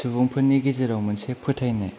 सुबुंफोरनि गेजेराव मोनसे फोथायनाय